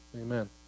Amen